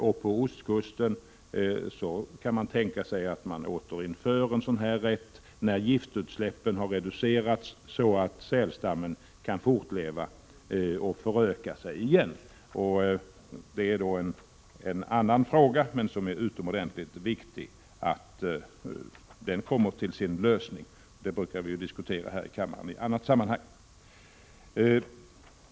Vi anser att en sådan rätt kan återinföras på ostkusten när giftutsläppen har reducerats, så att sälstammen kan fortleva och föröka sig igen. Det är en annan fråga, men det är utomordentligt viktigt att den får en lösning. Vi brukar diskutera detta i ett annat sammanhang här i kammaren.